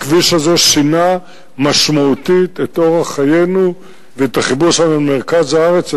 הכביש הזה שינה משמעותית את אורח חיינו ואת החיבור שלנו למרכז הארץ.